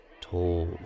Tall